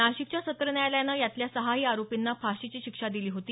नाशिकच्या सत्र न्यायालयानं यातल्या सहाही आरोपींना फाशीची शिक्षा दिली होती